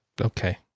Okay